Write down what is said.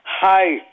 Hi